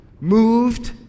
moved